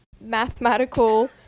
mathematical